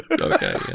okay